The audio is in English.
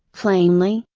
plainly,